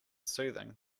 soothing